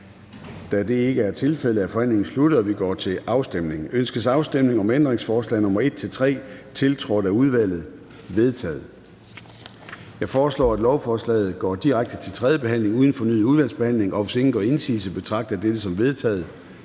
Da det ikke er tilfældet, er forhandlingen sluttet, og vi går til afstemning. Kl. 13:03 Afstemning Formanden (Søren Gade): Ønskes afstemning om ændringsforslag nr. 1 og 2, tiltrådt af udvalget? De er vedtaget. Jeg foreslår, at lovforslaget går direkte til tredje behandling uden fornyet udvalgsbehandling, og hvis ingen gør indsigelse, betragter jeg dette som vedtaget.